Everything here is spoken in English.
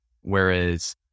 whereas